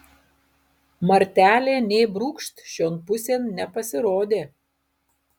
martelė nė brūkšt šion pusėn nepasirodė